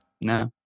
no